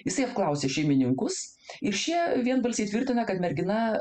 jisai apklausė šeimininkus ir šie vienbalsiai tvirtina kad mergina